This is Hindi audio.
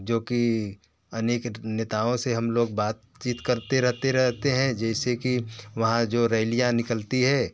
जो कि अनेक नेताओं से हम लोग बातचीत करते रहते रहते हैं जैसे कि वहाँ जो रैलियाँ निकलती हैं